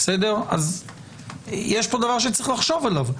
יש פה דבר שצריך לחשוב עליו.